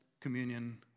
communion